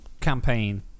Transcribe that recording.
campaign